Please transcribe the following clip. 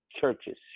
churches